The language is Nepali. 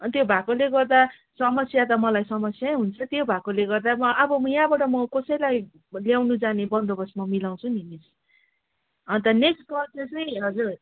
अन्त त्यो भएकोले गर्दा समस्या त मलाई समस्यै हुन्छ त्यो भएकोले गर्दा अब म यहाँबाट म अब कसैलाई ल्याउनु जाने बन्दोबस म मिलाउँछु नि अन्त नेक्स्ट गर्दा चाहिँ हजुर